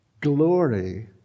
Glory